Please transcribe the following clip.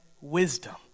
wisdom